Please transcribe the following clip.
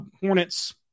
Hornets